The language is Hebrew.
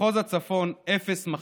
מחוז הצפון, אפס מכשירים.